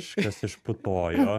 kažkas išputojo